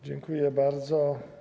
Dziękuję bardzo.